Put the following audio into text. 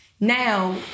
now